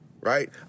right